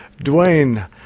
Dwayne